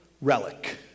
relic